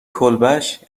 کلبش